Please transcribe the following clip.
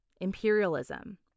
imperialism